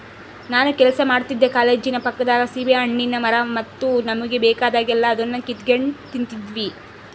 ನಾನು ಕೆಲಸ ಮಾಡ್ತಿದ್ದ ಕಾಲೇಜಿನ ಪಕ್ಕದಾಗ ಸೀಬೆಹಣ್ಣಿನ್ ಮರ ಇತ್ತು ನಮುಗೆ ಬೇಕಾದಾಗೆಲ್ಲ ಅದುನ್ನ ಕಿತಿಗೆಂಡ್ ತಿಂತಿದ್ವಿ